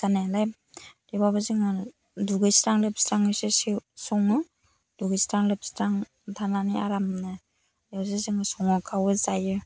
जानायालाय थेवबाबो जोङो दुगैस्रां लोबस्राङैसो सङो दुगैस्रां लोबस्रां थानानै आरामनो बेयावसो जों सङो खावो जायो